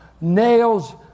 nails